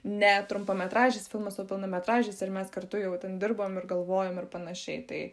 ne trumpametražis filmas o pilnametražis ir mes kartu jau ten dirbom ir galvojom ir panašiai tai